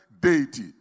deity